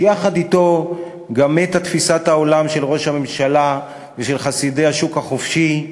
שיחד אתו גם מתה תפיסת העולם של ראש הממשלה ושל חסידי השוק החופשי,